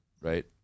right